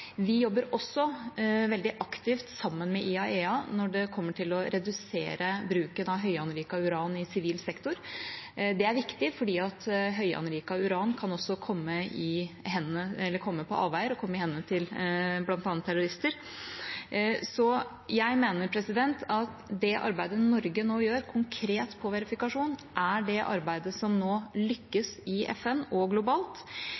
Vi jobber også veldig aktivt sammen med IAEA når det kommer til å redusere bruken av høyanriket uran i sivil sektor. Det er viktig fordi høyanriket uran også kan komme på avveier – og falle i hendene på bl.a. terrorister. Jeg mener at det arbeidet Norge nå gjør konkret når det gjelder verifikasjon, er det arbeidet som lykkes i FN og globalt,